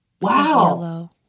Wow